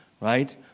right